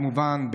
כמובן,